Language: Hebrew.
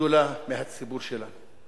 גדולה מהציבור שלנו.